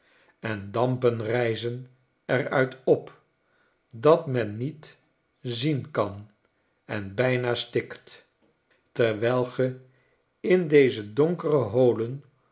en dampen rijzen er uit op dat men niet zien kan en bijna stikt terwijl ge in deze donkere holen